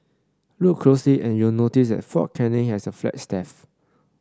look closely and you'll notice that Fort Canning has a flagstaff